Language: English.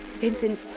Vincent